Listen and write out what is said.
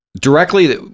directly